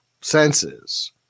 senses